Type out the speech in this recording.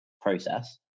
process